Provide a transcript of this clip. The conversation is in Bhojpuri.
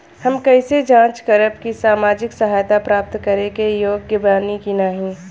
हम कइसे जांच करब कि सामाजिक सहायता प्राप्त करे के योग्य बानी की नाहीं?